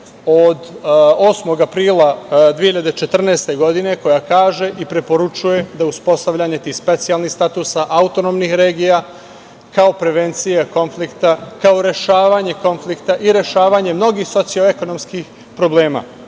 od 8. aprila 2014. godine, koja kaže i preporučuje da uspostavljanje tih specijalnih statusa autonomnih regiona kao prevencija konflikta, kao rešavanje konflikta i rešavanje mnogih socioekonomskih problema.